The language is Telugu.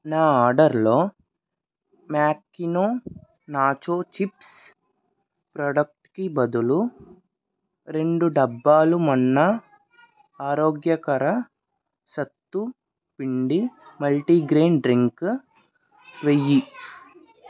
నా ఆర్డర్ లో మ్యాకినో నాచో చిప్స్ ప్రొడక్ట్ కి బదులు రెండు డబ్బాలు మన్నా ఆరోగ్యకర సత్తు పిండి మల్టీ గ్రెయిన్ డ్రింక్ వెయ్యి